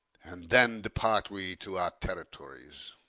and then depart we to our territories.